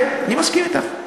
כן, אני מסכים אתך.